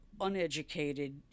uneducated